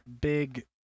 big